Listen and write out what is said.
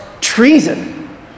treason